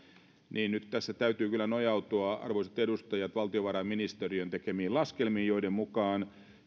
niin nyt tässä täytyy kyllä nojautua arvoisat edustajat valtiovarainministeriön tekemiin laskelmiin joiden mukaan